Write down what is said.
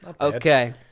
Okay